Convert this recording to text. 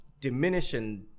diminishing